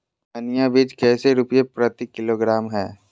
धनिया बीज कैसे रुपए प्रति किलोग्राम है?